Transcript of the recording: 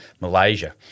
Malaysia